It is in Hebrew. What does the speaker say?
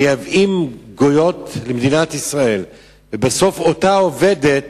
מייבאים גויות למדינת ישראל, ובסוף אותה עובדת